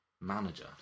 manager